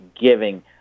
giving